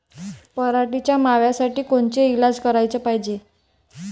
पराटीवरच्या माव्यासाठी कोनचे इलाज कराच पायजे?